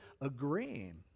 agreeing